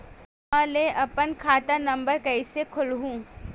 App म ले अपन खाता नम्बर कइसे खोलहु?